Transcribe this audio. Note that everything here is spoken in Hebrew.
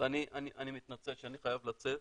אז אני מתנצל שאני חייב לצאת,